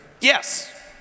yes